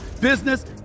business